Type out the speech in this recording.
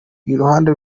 iruhande